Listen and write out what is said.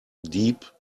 deep